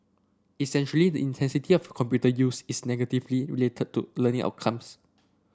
essentially the intensity of computer use is negatively related to learning outcomes